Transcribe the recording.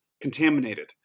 contaminated